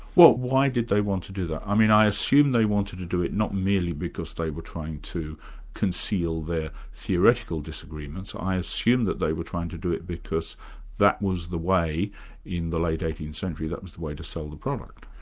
well why did they want to do that? i mean i assume they wanted to do it not merely because they were trying to conceal their theoretical disagreements i assume that they were trying to do it because that was the way in the late eighteenth century, that was the way to sell the product.